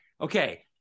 Okay